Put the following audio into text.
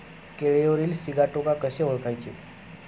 केळीवरील सिगाटोका कसे ओळखायचे?